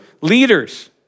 leaders